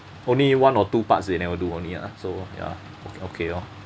only one or two parts they never do only ah so ya okay okay lor